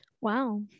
Wow